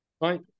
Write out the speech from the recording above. right